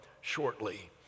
shortly